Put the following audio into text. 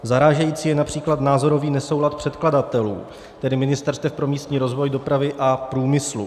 Zarážející je např. názorový nesoulad předkladatelů, tedy ministerstev pro místní rozvoj, dopravy a průmyslu.